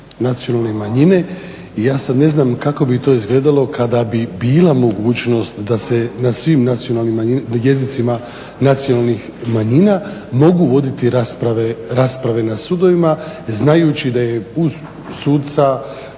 nacionalne manjine i ja sad ne znam kako bi to izgledalo kada bi bila mogućnost da se na svim jezicima nacionalnih manjina mogu voditi rasprave na sudovima znajući da je uz